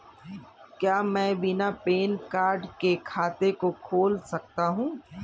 क्या मैं बिना पैन कार्ड के खाते को खोल सकता हूँ?